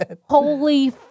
Holy